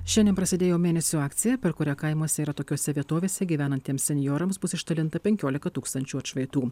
šiandien prasidėjo mėnesio akcija per kurią kaimuose ir atokiose vietovėse gyvenantiems senjorams bus išdalinta penkiolika tūkstančių atšvaitų